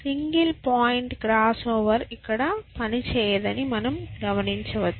single point crossover ఇక్కడ పనిచేయదని మనం గమనించవచ్చు